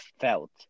felt